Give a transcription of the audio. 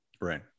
Right